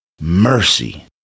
mercy